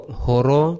horo